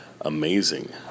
amazing